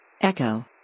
Echo